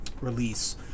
release